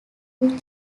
two